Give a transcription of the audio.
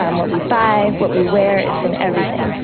um what we buy, what we wear, it's in everything.